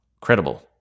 credible